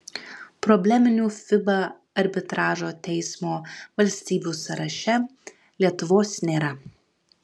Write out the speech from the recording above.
probleminių fiba arbitražo teismo valstybių sąraše lietuvos nėra